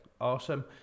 awesome